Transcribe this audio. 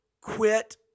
quit